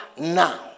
now